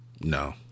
No